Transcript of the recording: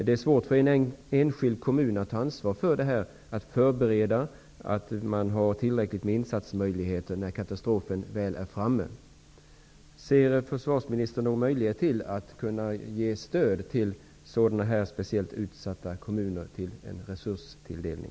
Det är svårt för en enskild kommun att ta ansvar för förberedelser och för att man har tillräckligt med insatsmöjligheter när katastrofen väl är framme. Ser försvarsministern någon möjlighet att ge stöd till speciellt utsatta kommuner genom en resurstilldelning?